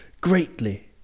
greatly